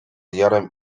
jarem